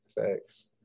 Thanks